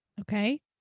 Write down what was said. Okay